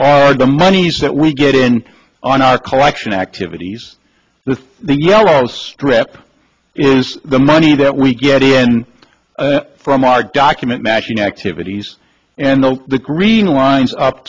are the monies that we get in on our collection activities the yellow strip is the money that we get in from our document matching activities and the green lines up